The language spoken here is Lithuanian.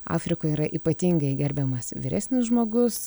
afrikoj yra ypatingai gerbiamas vyresnis žmogus